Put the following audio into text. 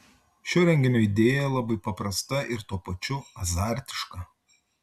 šio renginio idėja labai paprasta ir tuo pačiu azartiška